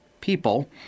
people